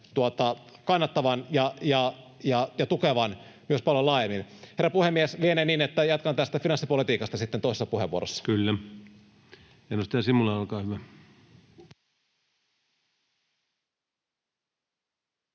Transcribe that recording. kannattavan ja tukevan paljon laajemmin? Herra puhemies! Lienee niin, että jatkan tästä finanssipolitiikasta sitten toisessa puheenvuorossa? [Speech 167] Speaker: